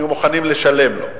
היו מוכנים לשלם לו,